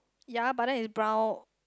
ya but then is brown